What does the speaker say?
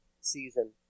season